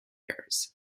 years